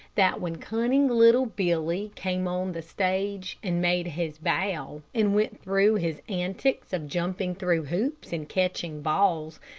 that when cunning little billy came on the stage, and made his bow, and went through his antics of jumping through hoops, and catching balls,